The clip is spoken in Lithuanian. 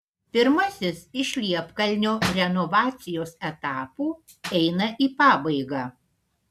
pirmasis iš liepkalnio renovacijos etapų eina į pabaigą